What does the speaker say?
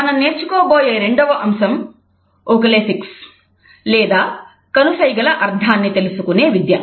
మనం నేర్చుకోబోయే రెండో అంశం ఓకలేసిక్స్ లేదా కనుసైగల అర్ధాన్ని తెలుసుకునే విద్య